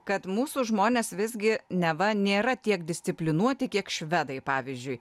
kad mūsų žmonės visgi neva nėra tiek disciplinuoti kiek švedai pavyzdžiui